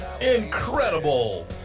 Incredible